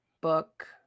book